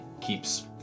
keeps